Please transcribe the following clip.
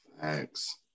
Thanks